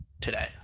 today